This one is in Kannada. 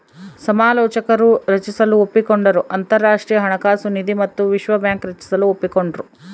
ಸಮಾಲೋಚಕರು ರಚಿಸಲು ಒಪ್ಪಿಕೊಂಡರು ಅಂತರಾಷ್ಟ್ರೀಯ ಹಣಕಾಸು ನಿಧಿ ಮತ್ತು ವಿಶ್ವ ಬ್ಯಾಂಕ್ ರಚಿಸಲು ಒಪ್ಪಿಕೊಂಡ್ರು